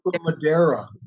Madeira